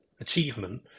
achievement